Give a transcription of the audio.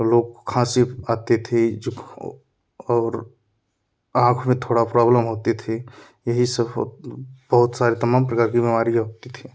और लोग खाँसी आती थी और आँख में थोड़ा प्रॉब्लम होती थी यही सब हो बहुत सारे तमाम प्रकार की बीमारियाँ होती थी